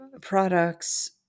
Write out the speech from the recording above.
products